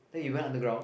then we went underground